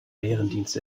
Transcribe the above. bärendienst